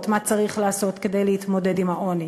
מה צריך לעשות כדי להתמודד עם העוני.